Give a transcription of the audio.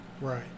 Right